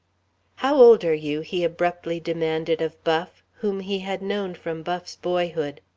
how old are you? he abruptly demanded of buff whom he had known from buff's boyhood.